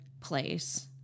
place